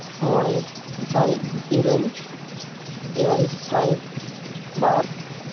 ᱢᱚᱬᱮ ᱥᱟᱭ ᱤᱨᱟᱹᱞ ᱤᱭᱟᱭ ᱥᱟᱭ ᱵᱟᱨ